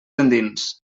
endins